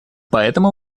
поэтому